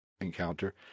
encounter